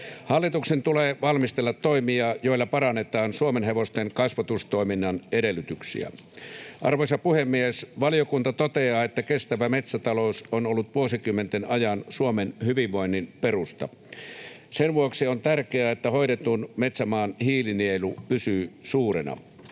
Hallituksen tulee valmistella toimia, joilla parannetaan suomenhevosten kasvatustoiminnan edellytyksiä. Arvoisa puhemies! Valiokunta toteaa, että kestävä metsätalous on ollut vuosikymmenten ajan Suomen hyvinvoinnin perusta. Sen vuoksi on tärkeää, että hoidetun metsämaan hiilinielu pysyy suurena.